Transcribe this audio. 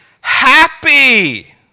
happy